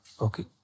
Okay